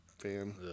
Fan